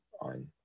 on